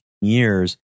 years